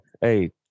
hey